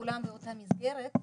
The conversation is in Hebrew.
כולם באותה מסגרת,